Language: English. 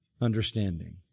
understanding